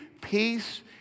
peace